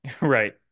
right